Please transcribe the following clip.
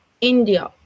India